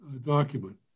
document